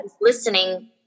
listening